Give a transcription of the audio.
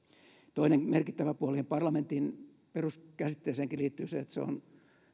toinen merkittävä puoli parlamentin peruskäsitteeseenkin liittyy se että se on